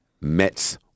Mets